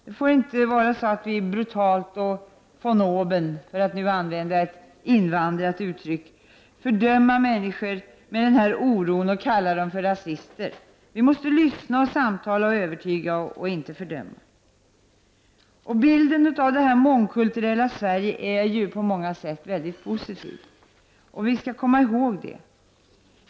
Vi får inte brutalt och ”von oben” — för att använda ett invandrat uttryck — fördöma människor med denna oro och kalla dem för rasister. Vi måste lyssna, samtala, övertyga — inte fördöma. Bilden av det mångkulturella Sverige är på många sätt väldigt positiv. Vi måste komma ihåg det.